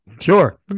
Sure